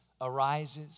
arises